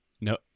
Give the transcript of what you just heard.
No